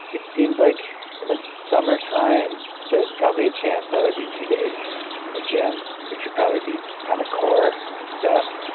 it seems like in the summertime, there's probably a chance i would do two days in the gym, which would probably be kind of core stuff.